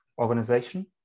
organization